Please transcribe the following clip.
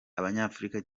abanyafurika